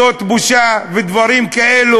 זאת בושה, ועל דברים כאלה,